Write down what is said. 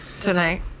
tonight